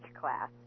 class